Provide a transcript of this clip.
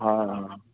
हा